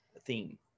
theme